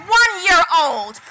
one-year-old